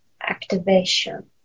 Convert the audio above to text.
activation